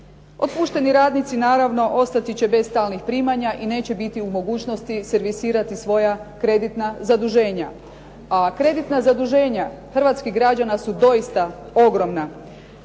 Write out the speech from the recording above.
Otpušteni radnici naravno ostati će bez stalnih primanja i neće biti u mogućnosti servisirati svoja kreditna zaduženja, a kreditna zaduženja hrvatskih građana su doista ogromna.